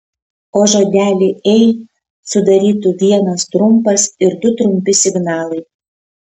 o žodelį ei sudarytų vienas trumpas ir du trumpi signalai